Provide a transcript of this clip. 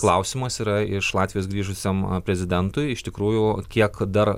klausimas yra iš latvijos grįžusiam prezidentui iš tikrųjų kiek dar